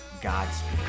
Godspeed